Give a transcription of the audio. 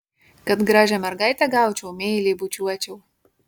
kad gražią mergaitę gaučiau meiliai bučiuočiau